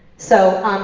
so,